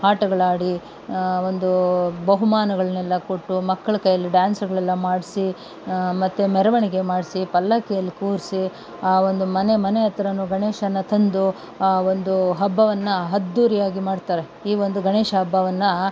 ಆಟಗಳಾಡಿ ಒಂದು ಬಹುಮಾನಗಳ್ನೆಲ್ಲ ಕೊಟ್ಟು ಮಕ್ಕಳ ಕೈಯಲ್ಲಿ ಡ್ಯಾನ್ಸ್ಗಳೆಲ್ಲ ಮಾಡಿಸಿ ಮತ್ತೆ ಮೆರವಣಿಗೆ ಮಾಡಿಸಿ ಪಲ್ಲಕ್ಕಿಯಲ್ಲಿ ಕೂರಿಸಿ ಆ ಒಂದು ಮನೆ ಮನೆ ಹತ್ರವು ಗಣೇಶನ್ನ ತಂದು ಆ ಒಂದು ಹಬ್ಬವನ್ನು ಅದ್ದೂರಿಯಾಗಿ ಮಾಡ್ತಾರೆ ಈ ಒಂದು ಗಣೇಶ ಹಬ್ಬವನ್ನು